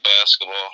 basketball